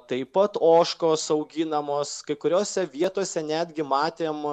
taip pat ožkos auginamos kai kuriose vietose netgi matėm